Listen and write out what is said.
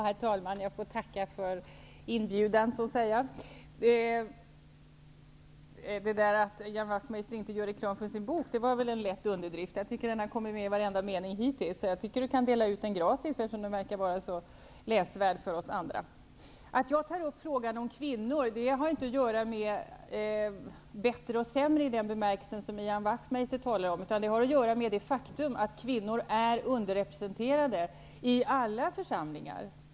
Herr talman! Jag får tacka för inbjudan. Att Ian Wachtmeister inte gör reklam för sin bok var väl en lätt underdrift -- jag tycker att boken har kommit med i nästan varenda mening hittills. Jag tycker att Ian Wachtmeister borde kunna dela ut boken gratis, eftersom den tycks vara så läsvärd för oss andra. Att jag tar upp frågan om kvinnor i politiken har inte att göra med att det skulle bli bättre eller sämre i den mening som Ian Wachtmeister talar om. Det har i stället att göra med det faktum att kvinnor är underrepresenterade i alla församlingar.